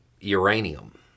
Uranium